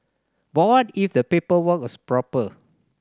but what if the paperwork was proper